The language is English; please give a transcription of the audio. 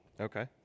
Okay